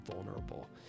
vulnerable